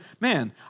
man